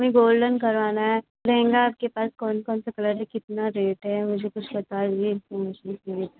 golden करवाना है लहंगा आपके पास कौन कौन सा कलर है कितना रेट है मुझे कुछ बताइए तो उसमें से